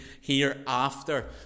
hereafter